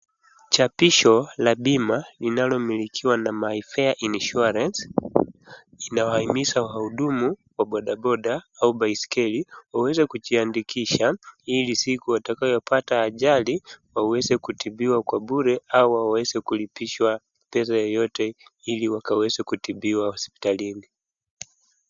Chapisho la bima linalomilikiwa na Mayfair Insurance, inawahimiza wahudumu wa bodaboda au baiskeli wawezekujiandikisha ili siku watakayopata ajali, waweze kutibiwa kwa bure au waweze kulipishwa pesa yoyote ili wakaweze kutibiwa hospitalini.